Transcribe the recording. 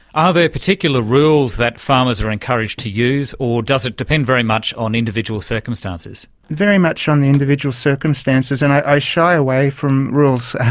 are there particular rules that farmers are encouraged to use, or does it depend very much on individual circumstances? very much on the individual circumstances. and i shy away from rules.